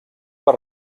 per